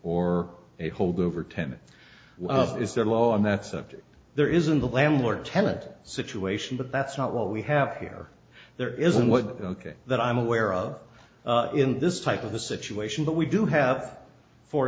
or a holdover tenet is there low on that subject there isn't the landlord tenant situation but that's not what we have here there isn't what ok that i'm aware of in this type of the situation but we do have for